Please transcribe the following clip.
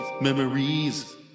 memories